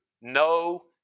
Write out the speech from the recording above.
no